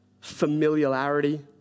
familiarity